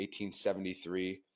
1873